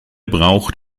braucht